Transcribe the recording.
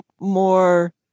more